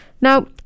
Now